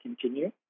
continue